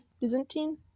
Byzantine